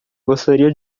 gostaria